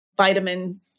Vitamin